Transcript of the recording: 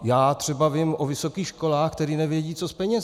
Já třeba vím o vysokých školách, které nevědí, co s penězi.